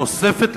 נוספת,